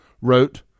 wrote